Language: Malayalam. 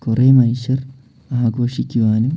കുറേ മനുഷ്യർ ആഘോഷിക്കുവാനും